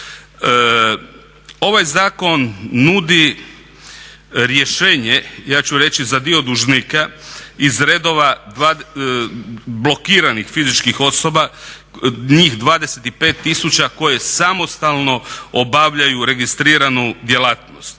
Ovaj zakon nudi rješenje, ja ću reći za dio dužnika iz redova blokiranih fizičkih osoba, njih 25 tisuća koje samostalno obavljaju registriranu djelatnost.